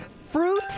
fruit